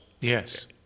Yes